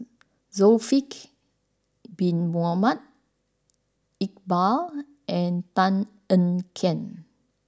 Bin Mohamed Iqbal and Tan Ean Kiam